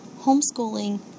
homeschooling